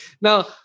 Now